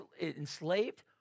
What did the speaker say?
enslaved